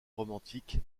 romantique